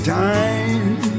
time